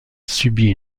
subit